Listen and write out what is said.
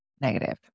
negative